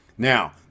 Now